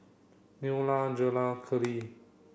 Neola Jerod Keeley